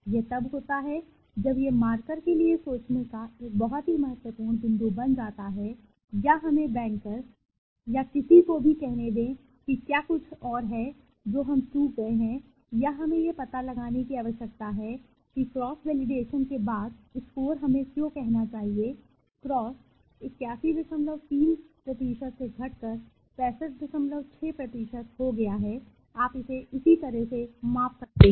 यह तब होता है जब यह मार्कर के लिए सोचने का एक बहुत ही महत्वपूर्ण बिंदु बन जाता है या हमें बैंकर या किसी को भी कहने दें कि क्या कुछ और है जो हम चूक गए हैं या हमें यह पता लगाने की आवश्यकता है कि क्रॉस वैलिडेशन के बाद स्कोर हमें क्यों कहना चाहिए क्रॉस 813 से घटकर 656 हो गया है आप इसे उसी तरह से भी माप सकते हैं